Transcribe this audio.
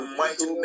mighty